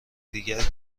دیگر